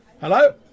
Hello